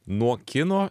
nuo kino